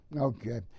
Okay